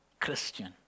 Christian